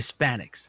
Hispanics